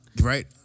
Right